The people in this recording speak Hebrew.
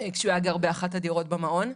כשהוא היה גר באחת הדירות במעון.